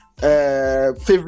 favorite